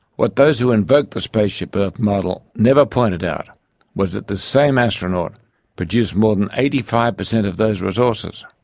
what those who invoked the spaceship earth model never pointed out was that the same astronaut produced more than eighty five percent of those resources.